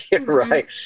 Right